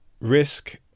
Risk